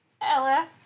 Ella